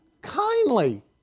Kindly